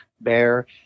bear